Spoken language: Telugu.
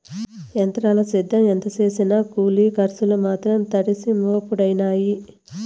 ఎంత్రాల సేద్యం ఎంత సేసినా కూలి కర్సులు మాత్రం తడిసి మోపుడయినాయి